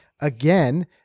again